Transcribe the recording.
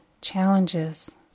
challenges